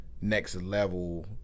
next-level